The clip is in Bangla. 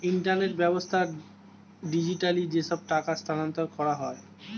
ইন্টারনেট ব্যাবস্থায় ডিজিটালি যেসব টাকা স্থানান্তর করা হয়